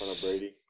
Brady